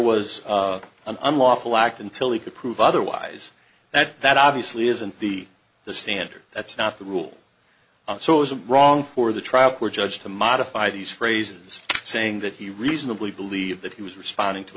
an unlawful act until he could prove otherwise that that obviously isn't the the standard that's not the rule so it wasn't wrong for the trial court judge to modify these phrases saying that he reasonably believed that he was responding to